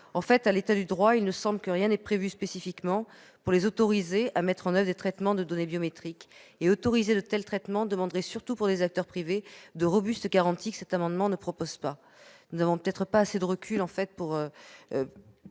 En l'état du droit, il me semble que rien n'est prévu spécifiquement pour les autoriser à mettre en oeuvre des traitements de données biométriques. Autoriser de tels traitements demanderait, surtout pour des acteurs privés, de robustes garanties que cet amendement ne propose pas. Nous n'avons pas assez de recul sur la portée